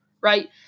right